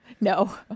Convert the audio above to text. No